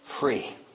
free